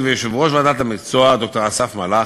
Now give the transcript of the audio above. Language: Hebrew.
ויושב-ראש ועדת המקצוע ד"ר אסף מלאך.